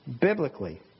biblically